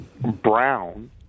brown